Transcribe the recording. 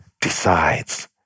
decides